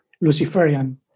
Luciferian